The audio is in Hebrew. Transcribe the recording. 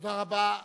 תודה רבה.